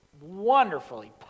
wonderfully